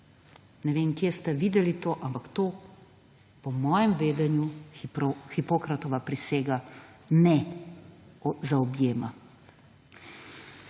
Ne vem kje ste videli to, ampak to po mojem vedenju Hipokratova prisega ne zaobjema.